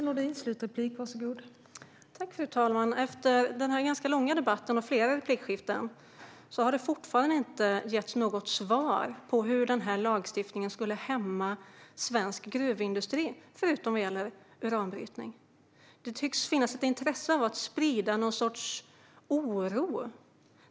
Fru talman! Efter denna ganska långa debatt och flera replikskiften har fortfarande ingen gett något svar på hur den här lagstiftningen skulle hämma svensk gruvindustri, förutom vad gäller uranbrytning. Det tycks finnas ett intresse av att sprida en oro.